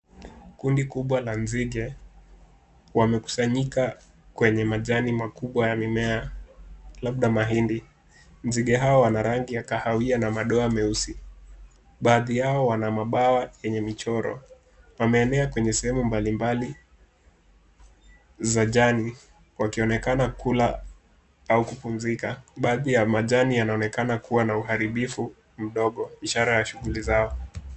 Kundi kubwa la nzige wamekusanyika kwenye majani makubwa ya mimea labda mahindi. Nzige hao wana rangi ya kahawia na madoa meusi. Baadhi yao wana mabawa yenye michoro. Wameenea kwenye sehemu mbalimbali za jani wakionekana kula au kupumzika. Baadhi ya majani yanaonekana kuwa na uharibifu mdogo, ishara ya shughuli zao.